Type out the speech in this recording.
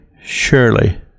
surely